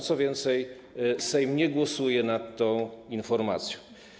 Co więcej, Sejm nie głosuje nad tą informacją.